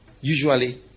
usually